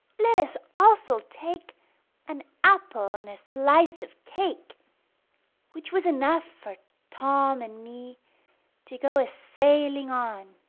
let us also take an apple and a slice of cake which was enough for tom and me to go a-sailing on,